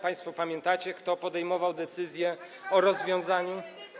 Państwo pamiętacie, kto podejmował decyzję o rozwiązaniu.